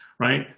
Right